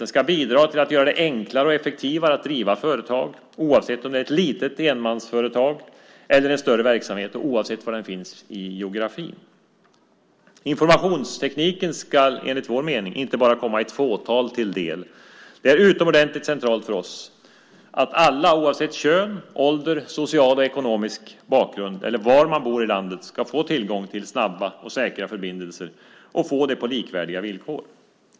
Den ska bidra till att göra det enklare och effektivare att driva företag oavsett om det är ett litet enmansföretag eller en större verksamhet och oavsett var den finns i geografin. Informationstekniken ska enligt vår mening inte bara komma ett fåtal till del. Det är utomordentligt centralt för oss att alla oavsett kön, ålder, social och ekonomisk bakgrund eller var de bor i landet ska få tillgång till snabba och säkra förbindelser på likvärdiga villkor.